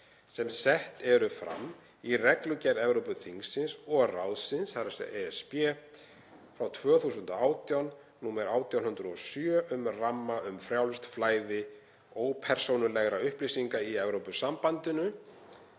sem sett eru fram í reglugerð Evrópuþingsins og ráðsins (ESB) frá 2018, nr. 1807, um ramma um frjálst flæði ópersónulegra upplýsinga í Evrópusambandinu